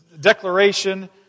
declaration